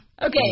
Okay